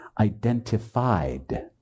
identified